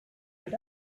that